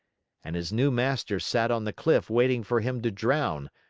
and his new master sat on the cliff waiting for him to drown,